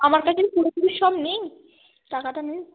আমার কাছে পুরোপুরি সব নেই টাকাটা নে